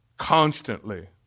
Constantly